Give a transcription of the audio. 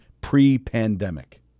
pre-pandemic